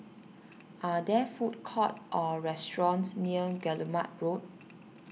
are there food courts or restaurants near Guillemard Road